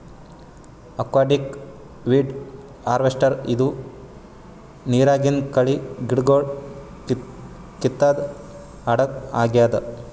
aquatic weed harvester ಇದು ನಿರಾಗಿಂದ್ ಕಳಿ ಗಿಡಗೊಳ್ ಕಿತ್ತದ್ ಹಡಗ್ ಆಗ್ಯಾದ್